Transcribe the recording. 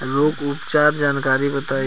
रोग उपचार के जानकारी बताई?